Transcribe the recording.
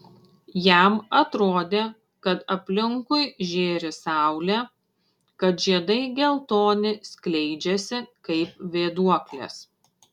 jam atrodė kad aplinkui žėri saulė kad žiedai geltoni skleidžiasi kaip vėduoklės